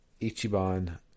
Ichiban